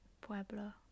Pueblo